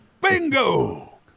Bingo